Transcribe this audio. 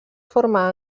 forma